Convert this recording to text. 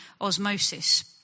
osmosis